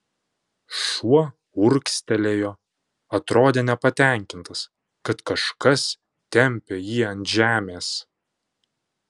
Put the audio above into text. šuo urgztelėjo atrodė nepatenkintas kad kažkas tempia jį ant žemės